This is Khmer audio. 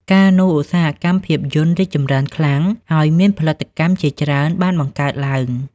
កាលនោះ ឧស្សាហកម្មភាពយន្តរីកចម្រើនខ្លាំង ហើយមានផលិតកម្មជាច្រើនបានបង្កើតឡើង។